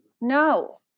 No